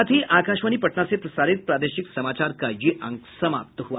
इसके साथ ही आकाशवाणी पटना से प्रसारित प्रादेशिक समाचार का ये अंक समाप्त हुआ